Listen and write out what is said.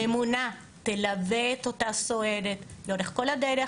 הממונה תלווה את אותה סוהרת לאורך כל הדרך,